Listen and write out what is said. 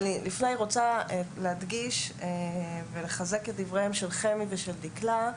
אבל קודם אני רוצה להדגיש ולחזק את דבריהם של חמי ודקלה.